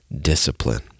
discipline